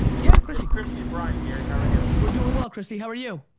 yeah kristi kristi and brian, gary, how are you? we're doing well, kristi, how are you?